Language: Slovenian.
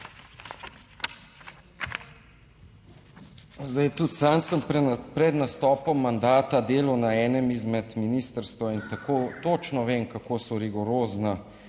Zdaj, tudi sam sem pred nastopom mandata delal na enem izmed ministrstev in tako točno vem kako so rigorozna